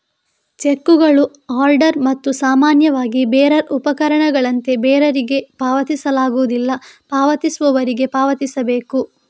ಚೆಕ್ಕುಗಳು ಆರ್ಡರ್ ಮತ್ತು ಸಾಮಾನ್ಯವಾಗಿ ಬೇರರ್ ಉಪಪಕರಣಗಳಂತೆ ಬೇರರಿಗೆ ಪಾವತಿಸಲಾಗುವುದಿಲ್ಲ, ಪಾವತಿಸುವವರಿಗೆ ಪಾವತಿಸಬೇಕು